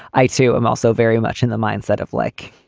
i too am also very much in the mindset of like